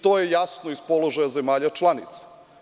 To je jasno iz položaja zemlja članica.